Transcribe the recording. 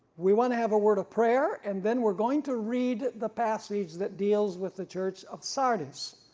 we want to have a word of prayer and then we're going to read the passage that deals with the church of sardis